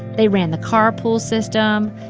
they ran the carpool system.